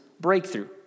breakthrough